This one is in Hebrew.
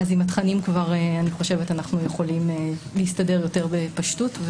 עם התכנים אני חושבת שאנחנו כבר יכולים להסתדר יותר בפשטות.